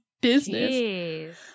business